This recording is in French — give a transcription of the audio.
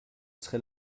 serai